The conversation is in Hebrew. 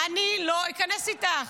אני לא איכנס איתך.